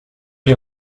les